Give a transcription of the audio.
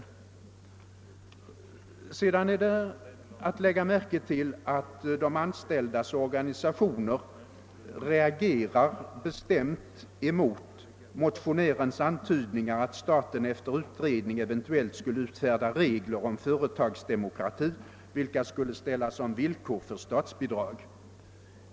Sedan är det att lägga märke till att de anställdas organisationer reagerar bestämt mot motionärens antydningar att staten efter utredning eventuclit skulle utfärda regler om företagsdemokrati, vilkas tillämpning skulle ställas som villkor för statsbidrag.